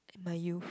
in my youth